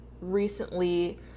recently